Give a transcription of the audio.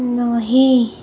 नहीं